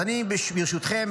אז ברשותכם,